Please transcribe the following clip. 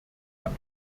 kann